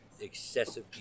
excessive